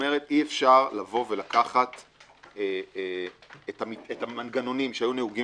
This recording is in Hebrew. אי-אפשר לקחת את המנגנונים שהיו נהוגים